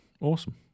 awesome